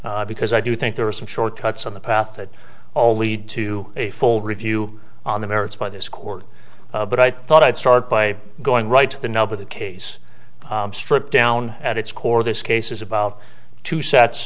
court because i do think there are some shortcuts on the path that all lead to a full review on the merits by this court but i thought i'd start by going right to the nub of the case stripped down at its core this case is about two sets